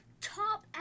top